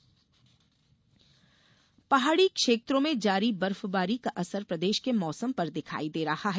मौसम पहाड़ी क्षेत्रों में जारी बर्फबारी का असर प्रदेश के मौसम पर दिखाई दे रहा है